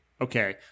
Okay